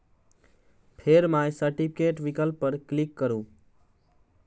फेर my certificate विकल्प पर क्लिक करू